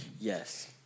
Yes